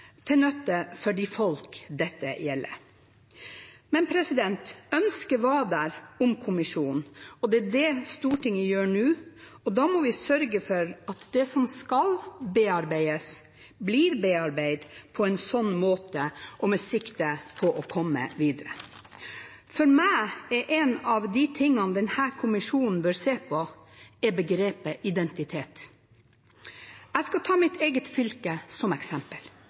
til nytte for de folk dette gjelder. Men ønsket om kommisjon var der. Det er det Stortinget gjør noe med nå, og da må vi sørge for at det som skal bearbeides, blir bearbeidet på en sånn måte – og med sikte på å komme videre. For meg er en av de tingene denne kommisjonen bør se på, begrepet «identitet». Jeg skal ta mitt eget fylke som eksempel.